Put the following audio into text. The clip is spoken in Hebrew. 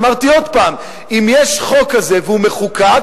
ואמרתי עוד פעם: אם יש חוק כזה והוא מחוקק,